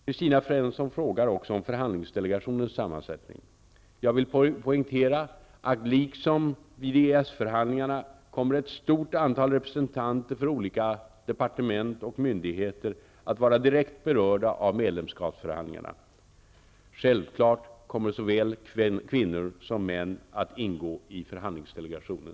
Kristina Svensson frågar också om förhandlingsdelegationens sammansättning. Jag vill poängtera att liksom vid EES-förhandlingarna kommer ett stort antal representanter för olika departement och myndigheter att vara direkt berörda av medlemskapsförhandlingarna. Självklart kommer såväl kvinnor som män att ingå i förhandlingsdelegationen.